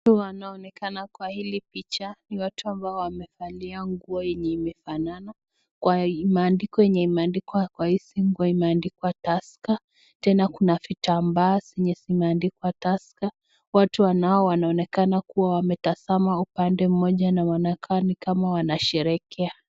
Watu ambao wanaonekana kwa hili picha ni watu ambao wamevalia nguo yenye imefanana kwa maandiko yenye imeandikwa kwa hii imeandikwa tusker tena kuna vitambaa zenye zimeandikwa tusker watu ambao wanaonekanakuwa wametazama upande moja na wanakaa nikama wanasherehekea.